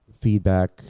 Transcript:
feedback